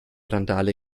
randale